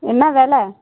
என்ன வெலை